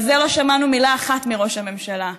על זה לא שמענו מילה אחת מראש הממשלה,